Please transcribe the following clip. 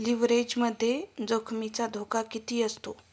लिव्हरेजमध्ये जोखमीचा धोका किती असतो?